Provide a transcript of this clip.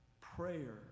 Prayer